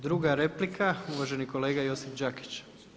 Druga replika uvaženi kolega Josip Đakić.